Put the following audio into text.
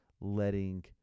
letting